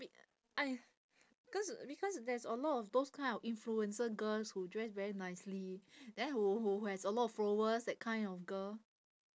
wait I cause because there's a lot of those kind of influencer girls who dress very nicely then who who has a lot of followers that kind of girl